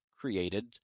created